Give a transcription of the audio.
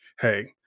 Hey